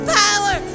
power